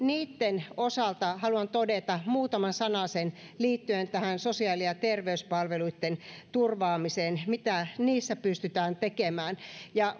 niitten osalta haluan todeta muutaman sanasen liittyen tähän sosiaali ja terveyspalveluitten turvaamiseen mitä niissä pystytään tekemään